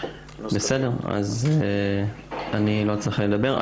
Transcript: בסדר, אז על זה אני לא צריך לדבר.